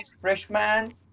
freshman